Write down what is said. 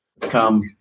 come